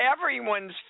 everyone's